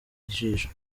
ijisho